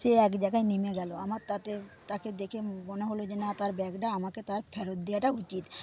সে এক জায়গায় নেমে গেল আমার তাতে তাকে দেখে মনে হল যে না তার ব্যাগটা আমাকে তার ফেরত দেওয়াটা উচিৎ